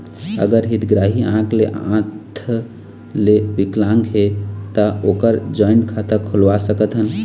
अगर हितग्राही आंख ले हाथ ले विकलांग हे ता ओकर जॉइंट खाता खुलवा सकथन?